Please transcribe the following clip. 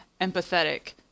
empathetic